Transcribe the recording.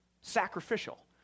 Sacrificial